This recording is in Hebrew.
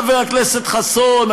חבר הכנסת חסון,